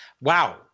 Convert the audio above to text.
wow